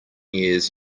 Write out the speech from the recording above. years